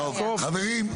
טוב, חברים.